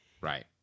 Right